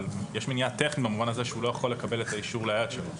אבל יש מניעה טכנית במובן זה שהוא לא יכול לקבל את האישור ליד שלו.